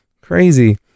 Crazy